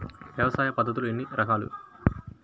వ్యవసాయ పద్ధతులు ఎన్ని రకాలు?